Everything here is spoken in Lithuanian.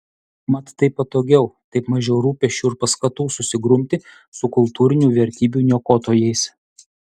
mat taip patogiau taip mažiau rūpesčių ir paskatų susigrumti su kultūrinių vertybių niokotojais